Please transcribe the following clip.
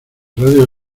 radio